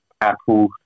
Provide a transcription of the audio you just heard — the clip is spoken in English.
Apple